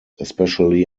especially